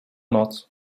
noc